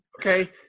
Okay